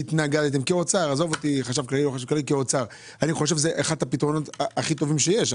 אני חושב שזה אחד הפתרונות הכי טובים שיש,